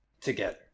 together